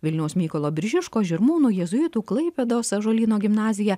vilniaus mykolo biržiškos žirmūnų jėzuitų klaipėdos ąžuolyno gimnazija